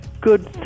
good